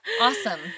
Awesome